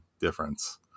difference